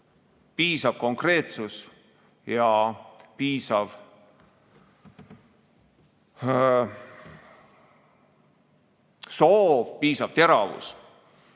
piisav konkreetsus ja piisav soov, piisav teravus.